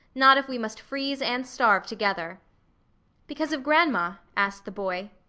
not if we must freeze and starve together because of grandma? asked the boy.